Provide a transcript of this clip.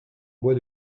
bois